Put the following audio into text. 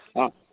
ஆ